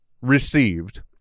received